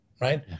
Right